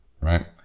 right